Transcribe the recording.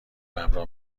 ببرا